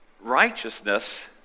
Righteousness